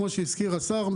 כמו שהזכיר השר.